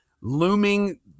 looming